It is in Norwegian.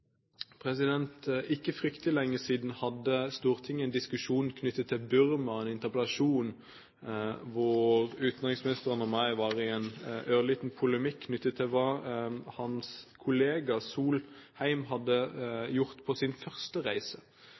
ikke fryktelig lenge siden hadde Stortinget en diskusjon knyttet til Burma. Det var i forbindelse med en interpellasjon, hvor utenriksministeren og jeg var i en ørliten polemikk knyttet til hva hans kollega Solheim hadde gjort på sin første reise.